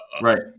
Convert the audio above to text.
right